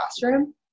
classroom